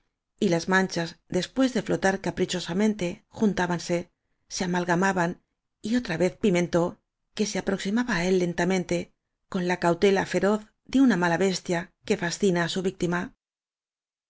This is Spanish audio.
y las manchas des pués de flotar caprichosamente juntábanse se amalgamaban y otra vez pimentó que se aproximaba á él lentamente con la cautela fe roz cle una mala bestia que fascina á su